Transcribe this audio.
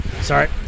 sorry